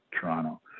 toronto